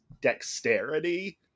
dexterity